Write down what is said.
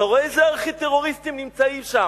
אתה רואה איזה ארכי-טרוריסטים נמצאים שם,